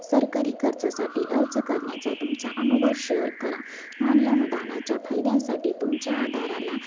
सरकारी कर्जासाठी अर्ज करण्याचा तुमचा अनुभव शेअर करा आणि अनुदानाच्या फायद्यांसाठी तुमच्या आधाराला